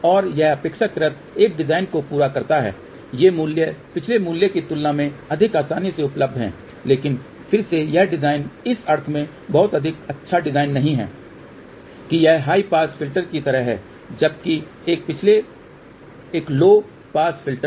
और यह अपेक्षाकृत एक डिजाइन को पूरा करता है ये मूल्य पिछले मूल्य की तुलना में अधिक आसानी से उपलब्ध हैं लेकिन फिर से यह डिजाइन इस अर्थ में बहुत अच्छा डिजाइन नहीं है कि यह हाई पास फ़िल्टर की तरह है जबकि एक पिछले एक लो पास फिल्टर था